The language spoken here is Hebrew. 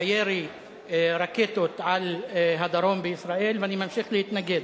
לירי רקטות על הדרום בישראל, ואני ממשיך להתנגד